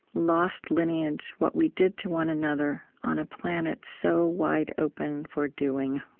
lost lineage. what we did to one another on a planet so wide open for doing.